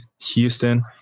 Houston